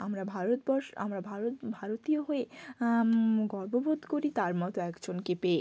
আমরা ভারতবর্ষ আমরা ভারত ভারতীয় হয়ে গর্ববোধ করি তার মতো একজনকে পেয়ে